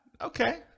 Okay